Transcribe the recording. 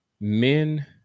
men